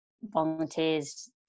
volunteers